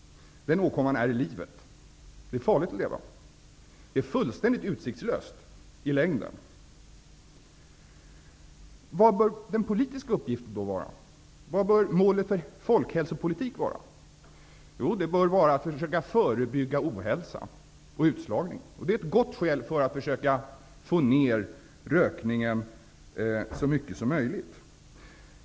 Den åkomman är livet. Det är farligt att leva. I längden är det fullständigt utsiktslöst i det avseendet. Vilken bör den politiska uppgiften då vara? Vad bör målet för folkhälsopolitiken vara? Jo, det bör vara att försöka förebygga ohälsa och utslagning. Det är ett gott skäl för att vi skall försöka minska rökningen så mycket som möjligt.